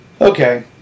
okay